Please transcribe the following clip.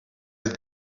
het